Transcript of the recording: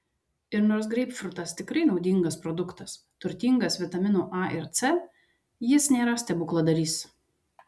ir nors greipfrutas tikrai naudingas produktas turtingas vitaminų a ir c jis nėra stebukladarys